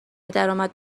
درآمد